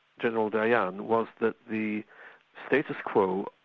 general dayan, was that the status quo,